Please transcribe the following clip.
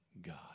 God